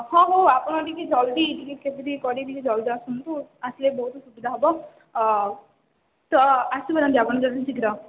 ହଁ ହଉ ଆପଣ ଟିକେ ଜଲଦି ଟିକେ କେମିତି କରିକି ଟିକେ ଜଲଦି ଆସନ୍ତୁ ଆସିଲେ ବହୁତ ସୁବିଧା ହେବ ତ ଆସିପାରନ୍ତି ଆପଣ ଯେତେ ଶୀଘ୍ର